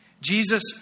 Jesus